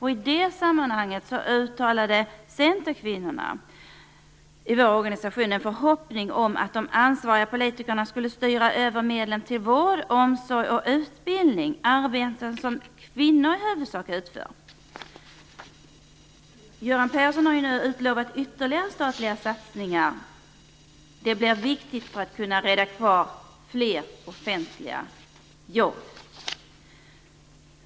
I detta sammanhang uttalade centerkvinnorna i vår organisation en förhoppning om att de ansvariga politikerna skulle styra över medlen till vård, omsorg och utbildning - Persson har ju nu utlovat ytterligare statliga satsningar, vilka blir viktiga för att rädda fler offentliga jobb.